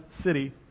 city